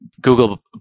Google